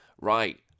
Right